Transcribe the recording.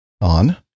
on